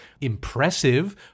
impressive